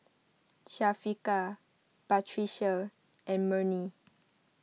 Syafiqah Batrisya and Murni